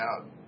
out